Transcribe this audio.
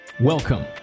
Welcome